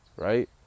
right